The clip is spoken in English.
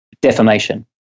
Defamation